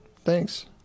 thanks